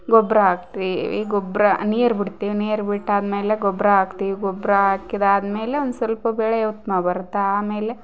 ಗೊಬ್ಬರ ಹಾಕ್ತಿವಿ ಗೊಬ್ಬರ ನೀರು ಬಿಡ್ತೀವಿ ನೀರು ಬಿಟ್ಟಾದ್ಮೇಲೆ ಗೊಬ್ಬರ ಹಾಕ್ತಿವ್ ಗೊಬ್ಬರ ಹಾಕಿದಾದ್ಮೇಲೆ ಒಂದು ಸ್ವಲ್ಪ ಬೆಳೆ ಉತ್ತಮ ಬರುತ್ತೆ ಆಮೇಲೆ